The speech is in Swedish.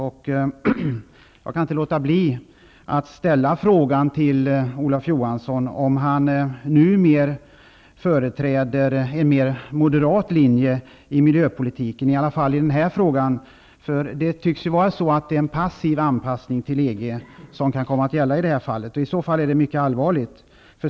Jag kan därför inte låta bli att ställa frågan till Olof Johansson om han numera företräder en mer moderat linje i miljöpolitiken, åtminstone i den här frågan. Det kan tyckas så, att det i det här fallet kan bli fråga om en passiv anpassning till EG. I så fall är det mycket allvarligt.